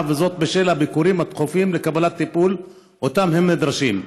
בשל הביקורים התכופים לקבלת טיפול שלו הם נדרשים.